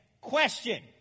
Question